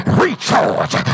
recharge